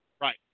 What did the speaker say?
Right